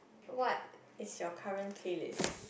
what is your current playlist